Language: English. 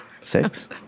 Six